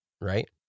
right